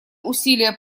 усилия